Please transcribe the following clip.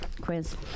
Quiz